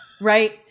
right